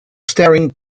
staring